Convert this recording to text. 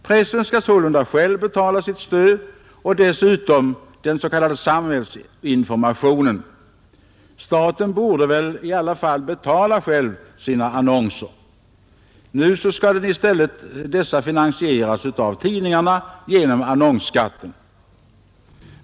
Pressen skall sålunda själv betala sitt stöd och dessutom den s, k. samhällsinformationen. Staten borde väl i alla fall själv betala sina annonser. Nu skall i stället dessa finansieras av tidningarna genom annonsskatten.